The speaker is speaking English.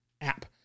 app